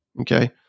Okay